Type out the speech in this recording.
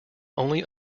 only